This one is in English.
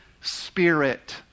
Spirit